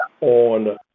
on